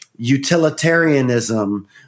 Utilitarianism